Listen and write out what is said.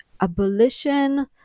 abolition